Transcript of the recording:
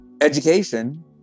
education